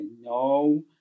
no